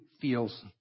feels